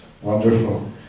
wonderful